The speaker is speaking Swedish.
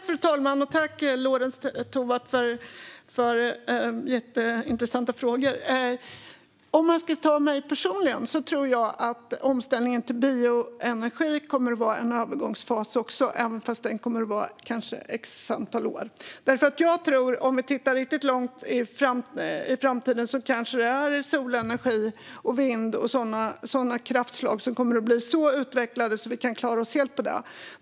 Fru talman! Tack för jätteintressanta frågor, Lorentz Tovatt! Personligen tror jag att omställningen till bioenergi kommer att vara en övergångsfas, även om den kanske kommer att vara under ett antal år. Jag tror nämligen att det om vi tittar tillräckligt långt in i framtiden kanske är solenergi, vind och sådana kraftslag som kommer att vara så utvecklade att vi kan klara oss helt på dem.